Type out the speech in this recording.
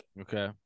Okay